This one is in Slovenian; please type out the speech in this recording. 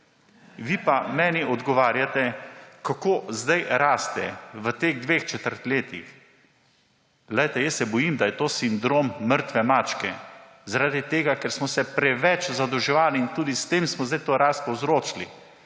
Vi pa meni odgovarjate, kako zdaj raste v teh dveh četrtletjih. Glejte, jaz se bojim, da je to sindrom mrtve mačke, ker smo se preveč zadolževali in tudi s tem smo zdaj to rast povzročili.